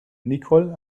nicole